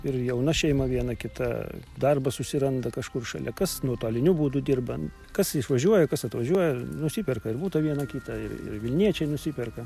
ir jauna šeima viena kita darbą susiranda kažkur šalia kas nuotoliniu būdu dirbant kas išvažiuoja kas atvažiuoja nusiperka ir butą vieną kitą ir ir vilniečiai nusiperka